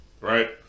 right